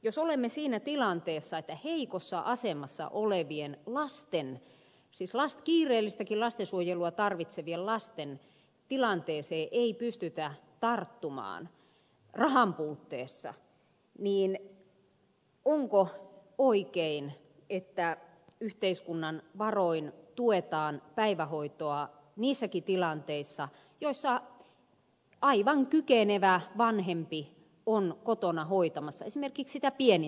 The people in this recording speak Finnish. jos olemme siinä tilanteessa että heikossa asemassa olevien lasten siis kiireellistäkin lastensuojelua tarvitsevien lasten tilanteeseen ei pystytä tarttumaan rahan puutteessa niin onko oikein että yhteiskunnan varoin tuetaan päivähoitoa niissäkin tilanteissa joissa aivan kykenevä vanhempi on kotona hoitamassa esimerkiksi sitä pienintä lasta